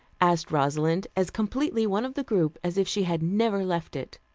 asked rosalind, as completely one of the group as if she had never left it.